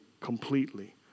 completely